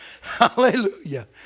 Hallelujah